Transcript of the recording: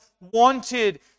wanted